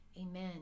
Amen